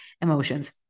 emotions